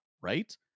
right